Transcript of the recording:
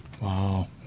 Wow